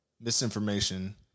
misinformation